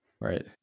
right